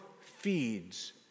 feeds